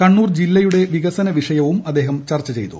കണ്ണൂർ ജില്ലയുടെ വികസന വിഷയവും അദ്ദേഹം ചർച്ച ചെയ്തു